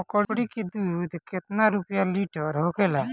बकड़ी के दूध केतना रुपया लीटर होखेला?